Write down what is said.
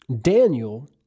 Daniel